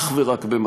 אך ורק במקביל,